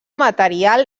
material